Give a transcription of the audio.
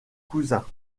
cousins